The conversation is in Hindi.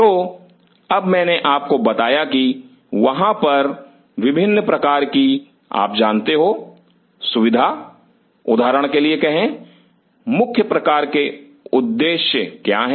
तो अब मैंने आपको बताया कि वहां पर विभिन्न प्रकार की आप जानते हो सुविधा उदाहरण के लिए कहें मुख्य प्रकार के उद्देश्य क्या हैं